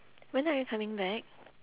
when are you coming back